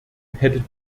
hätte